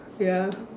ya